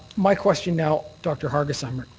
my question now, dr. hargesheimer,